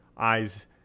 eyes